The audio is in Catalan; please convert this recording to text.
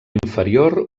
inferior